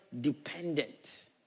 dependent